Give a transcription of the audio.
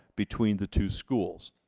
between the two schools.